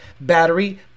Battery